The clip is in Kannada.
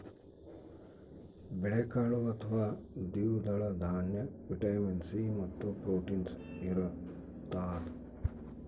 ಬೇಳೆಕಾಳು ಅಥವಾ ದ್ವಿದಳ ದಾನ್ಯ ವಿಟಮಿನ್ ಸಿ ಮತ್ತು ಪ್ರೋಟೀನ್ಸ್ ಇರತಾದ